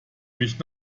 mich